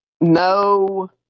No